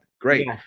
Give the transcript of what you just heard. great